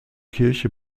kirche